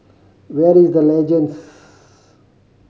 where is The Legends